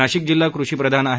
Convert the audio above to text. नाशिक जिल्हा कृषीप्रधान आहे